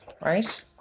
right